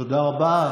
תודה רבה.